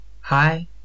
Hi